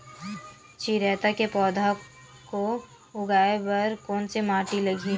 चिरैता के पौधा को उगाए बर कोन से माटी लगही?